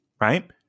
right